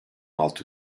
altı